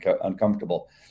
uncomfortable